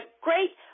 great